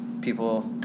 people